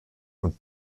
und